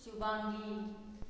Shubhangi